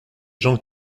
gens